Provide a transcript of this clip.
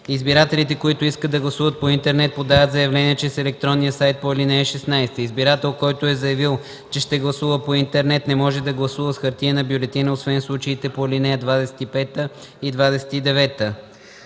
Избирателите, който искат да гласуват по интернет подават заявление чрез електронния сайт по ал. 16. Избирател, който е заявил, че ще гласува по интернет, не може да гласува с хартиена бюлетина, освен в случаите по ал. 25 и 29.